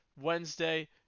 Wednesday